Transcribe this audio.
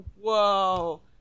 whoa